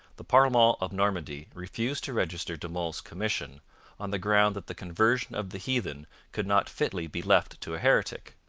the parlement of normandy refused to register de monts' commission on the ground that the conversion of the heathen could not fitly be left to a heretic.